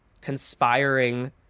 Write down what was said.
conspiring